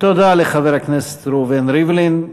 תודה לחבר הכנסת ראובן ריבלין,